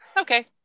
Okay